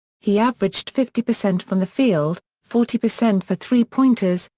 he averaged fifty percent from the field, forty percent for three pointers,